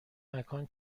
مکان